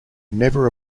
never